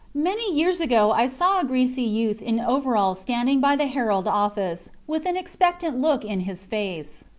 many years ago, i saw a greasy youth in overalls standing by the herald office, with an expectant look in his face.